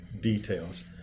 details